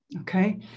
Okay